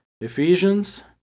Ephesians